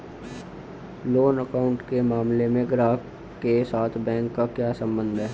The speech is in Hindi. लोन अकाउंट के मामले में ग्राहक के साथ बैंक का क्या संबंध है?